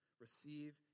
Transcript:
receive